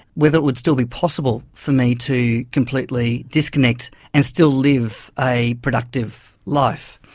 whether it would still be possible for me to completely disconnect and still live a productive life.